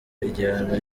igihano